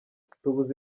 tubuze